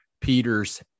peters